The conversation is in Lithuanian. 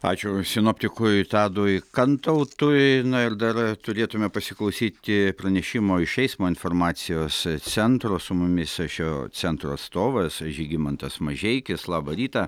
ačiū sinoptikui tadui kantautui ir dar turėtume pasiklausyti pranešimo iš eismo informacijos centro su mumis šio centro atstovas žygimantas mažeikis labą rytą